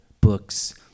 books